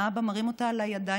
האבא מרים אותה על הידיים,